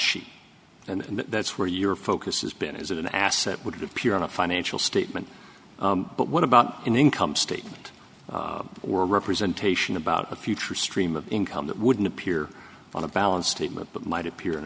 sheet and that's where your focus has been is it an asset would appear in a financial statement but what about income statement were representation about a future stream of income that wouldn't appear on the balance statement but might appear